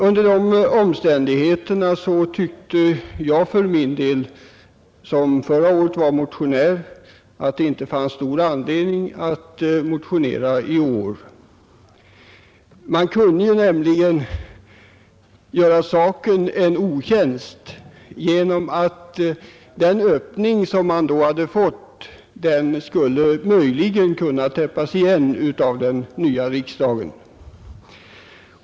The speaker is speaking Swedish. Under de omständigheterna tyckte jag för min del, som förra året var motionär, att det inte fanns stor anledning att motionera i år. Man kunde ju göra saken en otjänst genom att den öppning som vi då hade fått möjligen skulle täppas igen av den nya riksdagen.